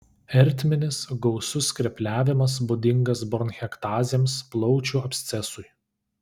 ertminis gausus skrepliavimas būdingas bronchektazėms plaučių abscesui